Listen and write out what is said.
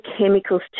chemicals